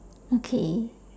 okay